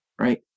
right